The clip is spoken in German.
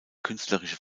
künstlerische